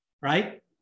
right